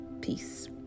peace